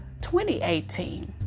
2018